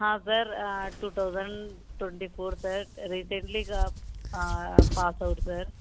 sir two thousand twenty four sir రీసెంట్లీగా pass out sir